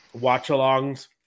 watch-alongs